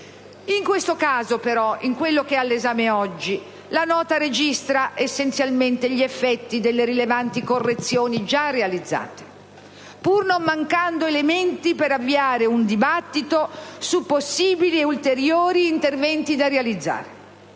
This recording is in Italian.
Nel caso odierno, però, la Nota registra essenzialmente gli effetti delle rilevanti correzioni già realizzate, pur non mancando elementi per avviare un dibattito su possibili ed ulteriori interventi da realizzare.